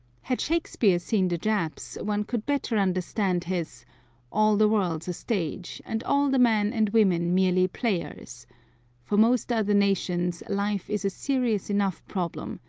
had shakespeare seen the japs one could better understand his all the world's a stage, and all the men and women merely players for most other nations life is a serious enough problem,